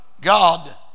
God